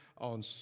on